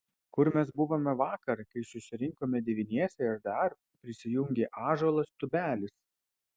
kur mes buvome vakar kai susirinkome devyniese ir dar prisijungė ąžuolas tubelis